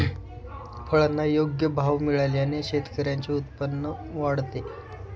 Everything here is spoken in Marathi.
फळांना योग्य भाव मिळाल्याने शेतकऱ्यांचे उत्पन्न वाढते